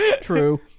True